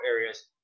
areas